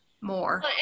more